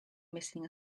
missing